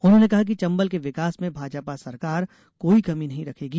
उन्होंने कहा कि चंबल के विकास में भाजपा सरकार कोई कमी नहीं रखेगी